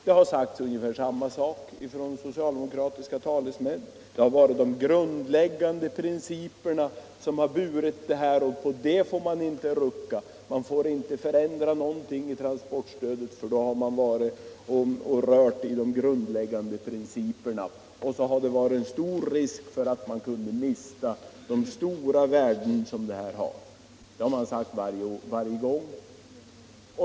Då sades ungefär samma sak från socialdemokratiska talesmän: Man får inte rubba på de grundläggande principerna, man får inte ändra någonting i transportstödet; rör man vid de grundläggande principerna är det stor risk för att man mister de stora värden som transportstödet har. Detta har man sagt varje gång.